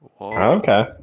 Okay